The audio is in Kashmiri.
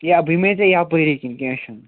ہیا بہٕ یِمَے ژٕ یَپٲری کِنۍ کیٚنہہ چھُنہٕ